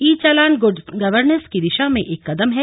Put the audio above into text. ई challan good governance की दिशा में एक कदम है